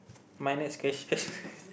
my next question